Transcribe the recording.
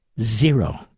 Zero